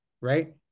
Right